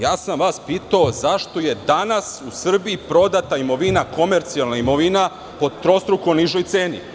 Pitao sam vas – zašto je danas u Srbiji prodata imovina, komercijalna imovina, po trostruko nižoj ceni?